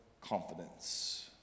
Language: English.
confidence